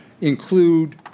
include